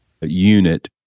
unit